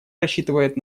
рассчитывает